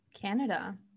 Canada